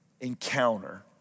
encounter